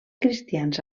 cristians